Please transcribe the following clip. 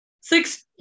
six